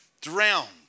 Drowned